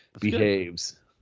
behaves